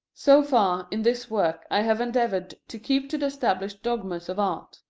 so far, in this work i have endeavored to keep to the established dogmas of art.